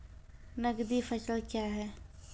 नगदी फसल क्या हैं?